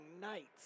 night